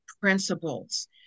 principles